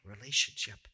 relationship